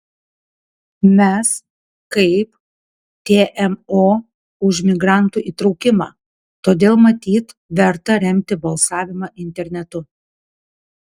mes kaip tmo už migrantų įtraukimą todėl matyt verta remti balsavimą internetu